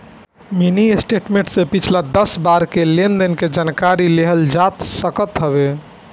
mini statement से पिछला दस बार के लेनदेन के जानकारी लेहल जा सकत हवे